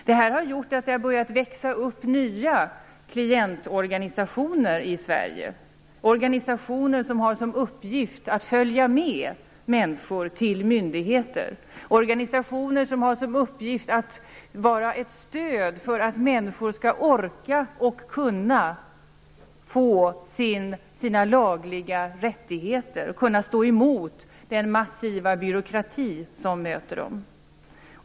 Det här har gjort att det börjat växa upp nya klientorganisationer i Sverige som har till uppgift att följa med människor till myndigheter och vara ett stöd för att människor skall få sina lagliga rättigheter och skall orka stå emot den massiva byråkrati som möter dem.